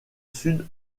sud